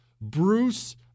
Bruce